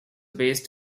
based